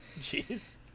Jeez